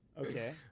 Okay